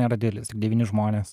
nėra didelis tik devyni žmonės